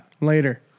Later